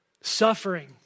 suffering